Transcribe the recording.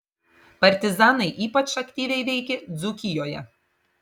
partizanai ypač aktyviai veikė dzūkijoje